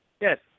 Yes